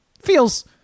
Feels